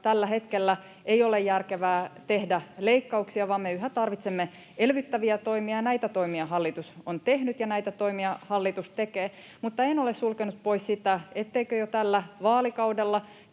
tällä hetkellä ei ole järkevää tehdä leikkauksia, vaan me yhä tarvitsemme elvyttäviä toimia, ja näitä toimia hallitus on tehnyt ja näitä toimia hallitus tekee. Mutta en ole sulkenut pois sitä, etteikö jo tällä vaalikaudella